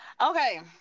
okay